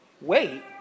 Wait